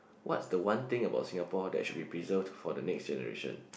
what's the one thing about Singapore that should be preserved for the next generation